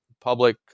public